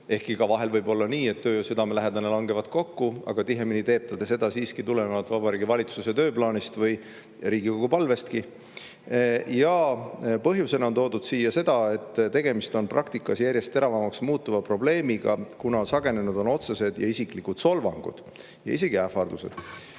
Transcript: ehkki vahel võib ka nii olla, et töö ja südamelähedane [tegevus] langevad kokku, aga tihemini teeb ta seda siiski tulenevalt Vabariigi Valitsuse tööplaanist või Riigikogu palvestki. Põhjusena on toodud seda, et tegemist on praktikas järjest teravamaks muutuva probleemiga. Sagenenud on otsesed, isiklikud solvangud ja isegi ähvardused.